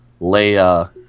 Leia